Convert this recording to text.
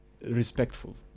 respectful